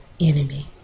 enemy